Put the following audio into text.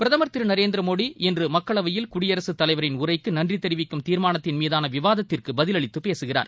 பிரதம் திரு நரேந்திரமோடி இன்று மக்களவையில் குடியரசுத் தலைவரின் உரைக்கு நன்றி தெரிவிக்கும் தீர்மானத்தின் மீதான விவாதத்திற்கு பதிலளித்து பேசுகிறார்